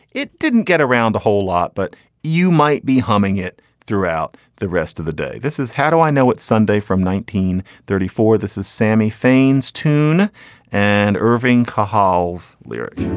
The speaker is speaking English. it didn't get around a whole lot but you might be humming it throughout the rest of the day. this is how do i know it's sunday from nineteen thirty four this is sammy fein's tune and irving carl's lyrics